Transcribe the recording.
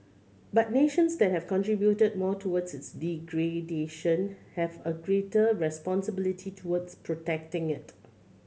but nations that have contributed more towards its degradation have a greater responsibility towards protecting it